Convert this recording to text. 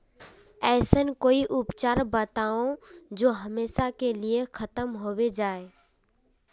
ऐसन कोई उपचार बताऊं जो हमेशा के लिए खत्म होबे जाए?